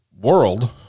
world